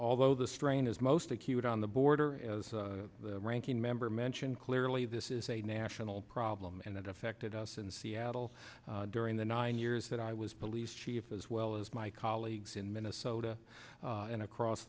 although the strain is most acute on the border as the ranking member mentioned clearly this is a national problem and that affected us in seattle during the nine years that i was police chief as well as my colleagues in minnesota and across